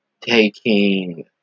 taking